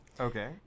Okay